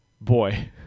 Boy